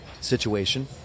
situation